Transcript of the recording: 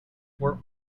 were